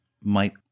might-